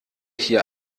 hier